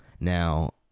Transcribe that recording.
Now